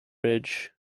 ridge